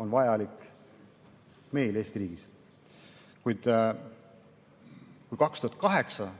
on vajalik meil Eesti riigis. 2008.